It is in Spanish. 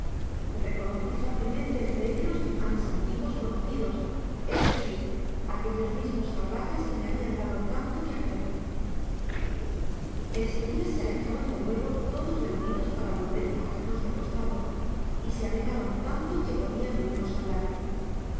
reconocí fácilmente entre ellos á mis antiguos conocidos es decir aquellos mismos salvajes que me habian dado tanto que hacer en seguida se alejaron de nuevo todos reunidos para volver y cojernos de costado y se arrimaron tanto que podian oirnos hablar